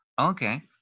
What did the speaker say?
Okay